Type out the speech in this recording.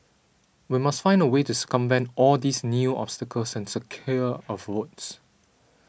we must find a way to circumvent all these new obstacles and secure our votes